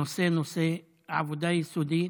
נושא-נושא, עבודה יסודית.